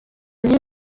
nti